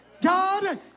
God